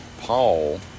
Paul